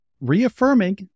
reaffirming